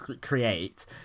create